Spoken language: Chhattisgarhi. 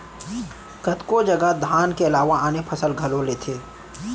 कतको जघा धान के अलावा आने फसल घलौ लेथें